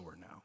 now